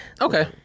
okay